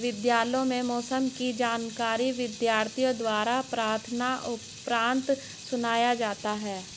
विद्यालयों में मौसम की जानकारी विद्यार्थियों द्वारा प्रार्थना उपरांत सुनाया जाता है